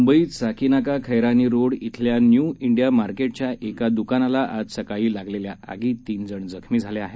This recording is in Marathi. मुंबईत साकिनाका खैरानी रोड इथल्या न्यू इंडिया मार्केटच्या एका दुकानाला आज सकाळी लागलेल्या आगीत तीनजण जखमी झाले आहेत